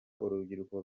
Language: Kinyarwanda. urubyiruko